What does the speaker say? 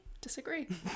disagree